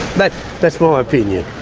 but that's my opinion.